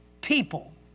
people